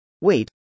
wait